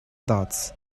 dots